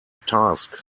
task